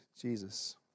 Jesus